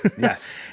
Yes